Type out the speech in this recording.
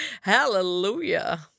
Hallelujah